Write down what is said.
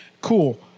Cool